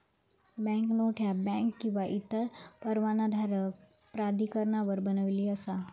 banknote ह्या bank किंवा इतर परवानाधारक प्राधिकरणान बनविली असा